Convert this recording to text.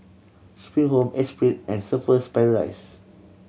Spring Home Esprit and Surfer's Paradise